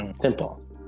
simple